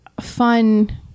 fun